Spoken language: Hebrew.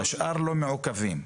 השאר לא מעוכבים,